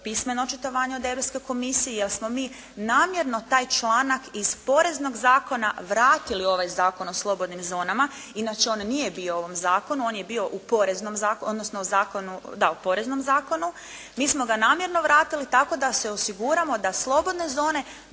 pismeno očitovanje od Europske komisije jer smo mi namjerno taj članak iz Poreznog zakona vratili u ovaj Zakon o slobodnim zonama. Inače on nije bio u ovom zakonu, on je bio u Poreznom zakonu. Mi smo ga namjerno vratili tako da se osiguramo da slobodne zone